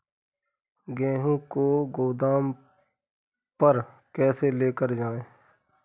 गेहूँ को गोदाम पर कैसे लेकर जाएँ?